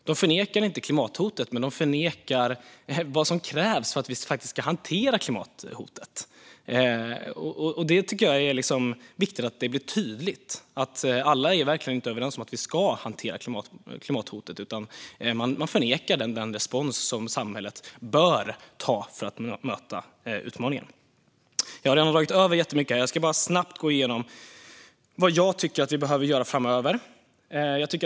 De förnekar inte klimathotet, men de förnekar vad som krävs för att hantera klimathotet. Det är viktigt att det blir tydligt att alla inte är överens om att klimathotet ska hanteras. Vissa förnekar den respons som samhället bör ge för att möta utmaningen. Jag har redan dragit över min talartid, men låt mig snabbt gå igenom vad vi behöver göra framöver.